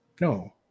No